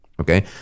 okay